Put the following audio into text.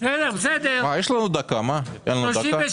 נמשכות גם לשנת 23' בהתאם גם התשלום עבור אותן התחייבויות.